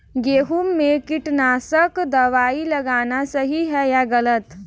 गेहूँ में कीटनाशक दबाई लगाना सही है या गलत?